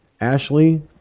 Ashley